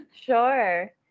sure